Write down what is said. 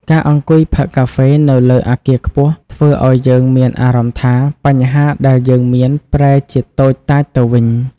ការអង្គុយផឹកកាហ្វេនៅលើអគារខ្ពស់ ធ្វើឱ្យយើងមានអារម្មណ៍ថាបញ្ហាដែលយើងមានប្រែជាតូចតាចទៅវិញ។